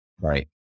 Right